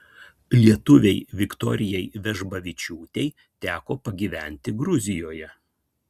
lietuvei viktorijai vežbavičiūtei teko pagyventi gruzijoje